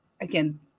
again